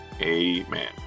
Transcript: Amen